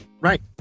Right